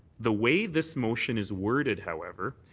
the way this motion is worded, however,